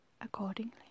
accordingly